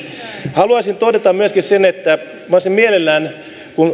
haluaisin todeta myöskin sen että minä olisin mielelläni kun